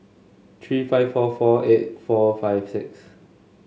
three five four four eight four five six